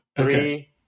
Three